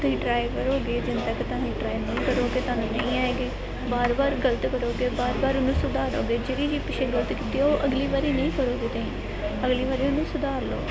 ਤੁਸੀਂ ਟਰਾਏ ਕਰੋਗੇ ਤੱਕ ਤੁਸੀਂ ਟਰਾਈ ਨਹੀਂ ਕਰੋਗੇ ਤੁਹਾਨੂੰ ਨਹੀਂ ਆਏਗੀ ਬਾਰ ਬਾਰ ਗਲਤ ਕਰੋਗੇ ਬਾਰ ਬਾਰ ਉਹਨੂੰ ਸੁਧਾਰੋਗੇ ਜਿਹੜੀ ਵੀ ਪਿੱਛੇ ਗਲਤੀ ਕੀਤੀ ਉਹ ਅਗਲੀ ਵਾਰੀ ਨਹੀਂ ਕਰੋਗੇ ਤੁਸੀਂ ਅਗਲੀ ਵਾਰੀ ਉਹਨੂੰ ਸੁਧਾਰ ਲਓਗੇ